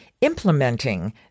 implementing